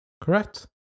correct